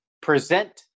present